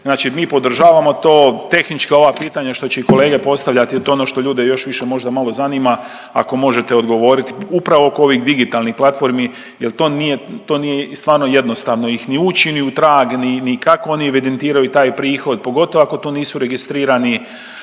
Znači mi podržavamo to, tehnička ova pitanja, što će i kolege postavljati, to je ono što ljude još više možda malo zanima, ako možete odgovoriti upravo oko ovih digitalnih platformi jel to nije, to nije stvarno jednostavno ih ni ući, ni u trag, ni, ni kako oni evidentiraju taj prihod, pogotovo ako tu nisu registrirani,